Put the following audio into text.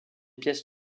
pièces